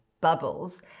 bubbles